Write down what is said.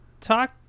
talk